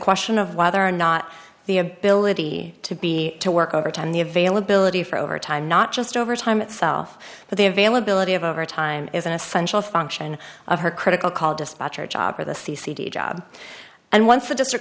question of whether or not the ability to be to work overtime the availability for overtime not just overtime itself but the availability of overtime is an essential function of her critical call dispatcher job or the c c t job and once the district